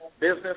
business